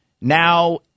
Now